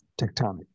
tectonic